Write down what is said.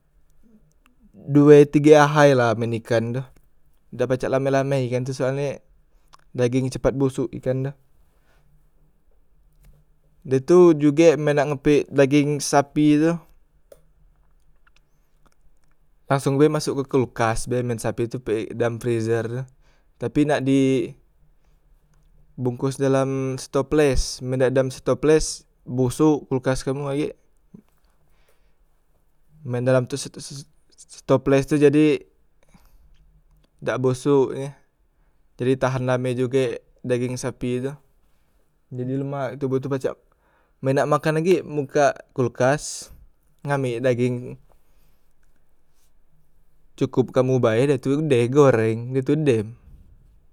Due, tige ahai la men ikan tu dak pacak lame- lame ikan tu soalnye dageng e cepat bosok ikan tu, dah tu jugek men nak ngepek dageng sapi tu, langsung be masok ke kulkas be men sapi tu, pek dalam frizer tu, tapi nak di bongkos dalam setoples men dak dalam setoples bosok kulkas kamu agek, men dalam tu se ses setoples tu jadi dak bosok nye e jadi tahan lame jugek dageng sapi tu, jadi lemak toboh tu pacak, men nak makan lagi mbukak kulkas ngambek dageng, cukup kamu bae da tu dai goreng da tu dem.